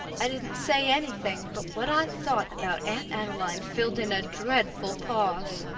i didn't say anything, but what i thought about aunt adeline filled in a dreadful pause.